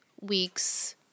weeks